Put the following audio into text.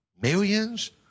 millions